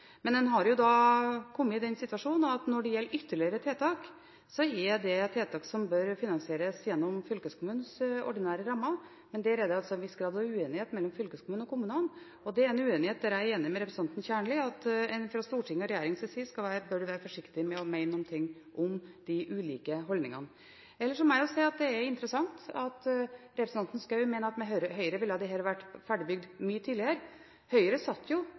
Men en har kommet i den situasjon at når det gjelder ytterligere tiltak, er det tiltak som bør finansieres gjennom fylkeskommunens ordinære rammer. Men der er det en viss grad av uenighet mellom fylkeskommunen og kommunene, og det er en uenighet der som jeg er enig med representanten Kjernli i at en fra Stortingets og regjeringens side bør være forsiktig med å mene noe om. Ellers må jeg si at det er interessant at representanten Schou mener at med Høyre i regjering ville dette vært ferdigbygd mye tidligere. Høyre satt jo